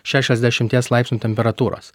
šešiasdešimties laipsnių temperatūros